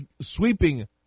sweeping